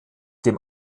dem